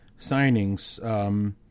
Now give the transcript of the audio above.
signings